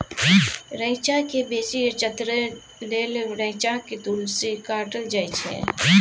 रैंचा केँ बेसी चतरै लेल रैंचाक टुस्सी काटल जाइ छै